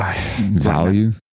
Value